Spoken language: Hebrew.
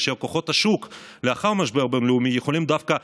כאשר כוחות השוק לאחר משבר בין-לאומי יכולים דווקא,